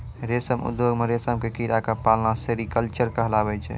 रेशम उद्योग मॅ रेशम के कीड़ा क पालना सेरीकल्चर कहलाबै छै